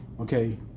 okay